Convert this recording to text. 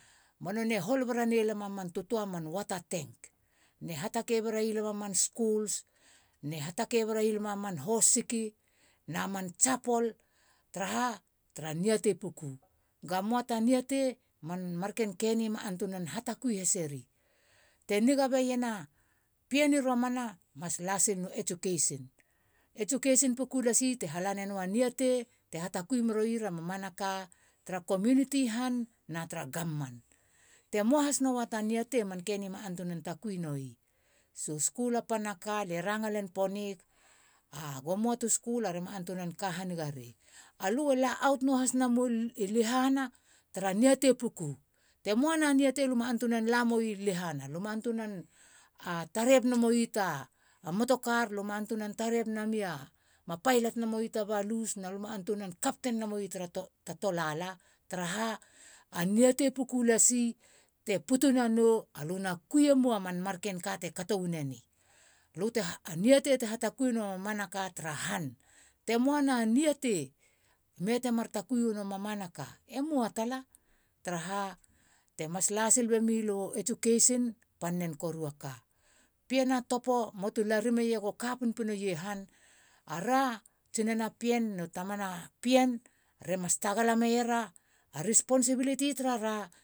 Ba nonei hol berari lam a man tutua man poata te. na hatake bei ra alam a man skuls me ha takei berai lam aman hosiki na man chapel. tara ha. ta niatei puku kabe moata naniate man marken ni. ma antunan hatakui haseri. te niga beiena pien ri romana mas lasilinu education. Education puku lasi te halenou a niatei te hatakui meroira mamanaka tara community han na tara gamman(government). te moa has no ta niatei mam keni ma antunan takui nowi. so. skul a panaka lie ranga len ponik. a go muatu skul are ma antunan ka hanigari. alue na out nua hasmo i lehana tara niatei puku te muana niatei lu ma antunan la moi lehana. luma antunan tarep na moi ta motor car lue ma antunan tarep na mia. ma pilot nemoi ta balus ma antunan captain mowi tara tolala tara ha a niatei puku lasi te putu nanou a lu na kui nemou a man marken ka te kato waneni. a niatei hatakui enua mamanaka tara han. te mua na niatei mete mar takui wano mamana ka. e moa tala. taraha. te mas lasil bemilu u education a pan nen koru a ka pien a topo muatu larim meia go kaka pukpuku mea han. ara tsinana pien no tamana pien re mas tagala meier a ra responsibility tara ra.